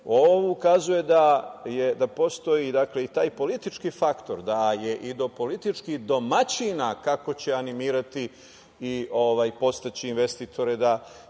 ukazuje da postoji i taj politički faktor, da je i do političkih domaćina kako će animirati i podstaći investitore da